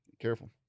Careful